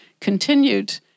continued